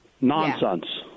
Nonsense